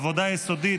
עבודה יסודית,